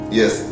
yes